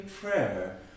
prayer